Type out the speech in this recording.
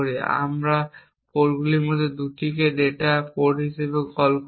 তাই আমরা এই পোর্টগুলির মধ্যে 2টিকে ডেটা পোর্ট হিসাবে কল করি